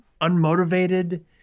unmotivated